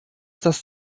das